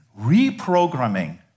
reprogramming